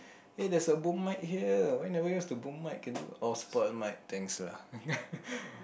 eh there's a boom mic here why never use the boom mic can do oh spoilt mic thanks lah